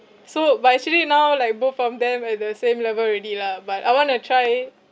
so but actually now like both of them at the same level already lah but I want to try